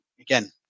again